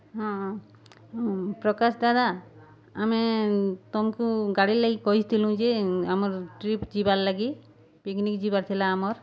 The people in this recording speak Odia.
ହଁ ପ୍ରକାଶ୍ ଦାଦା ଆମେ ତମ୍କୁ ଗାଡ଼ି ଲାଗି କହିଥିଲୁଁ ଯେ ଆମର୍ ଟ୍ରିପ୍ ଯିବାର୍ ଲା୍ଗି ପିକ୍ନିକ୍ ଯିବାର୍ ଥିଲା ଆମର୍